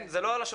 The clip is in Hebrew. זה לא על השולחן.